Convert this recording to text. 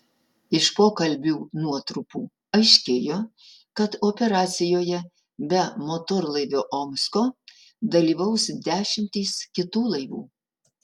iš pokalbių nuotrupų aiškėjo kad operacijoje be motorlaivio omsko dalyvaus dešimtys kitų laivų